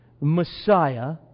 Messiah